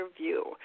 view